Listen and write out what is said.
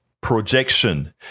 projection